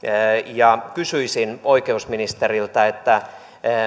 ja kysyisin oikeusministeriltä